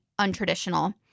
untraditional